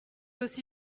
aussi